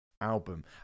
album